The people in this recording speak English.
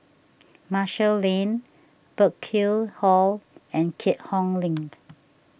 Marshall Lane Burkill Hall and Keat Hong Link